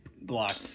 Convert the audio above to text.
block